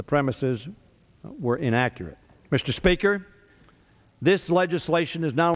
the premises were inaccurate mr speaker this legislation is no